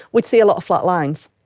we'd see a lot of flat lines,